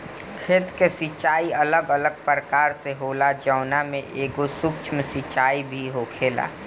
खेत के सिचाई अलग अलग प्रकार से होला जवना में एगो सूक्ष्म सिंचाई भी होखेला